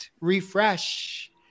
refresh